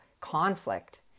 conflict